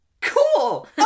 cool